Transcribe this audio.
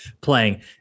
playing